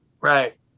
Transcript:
Right